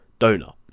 donut